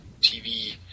TV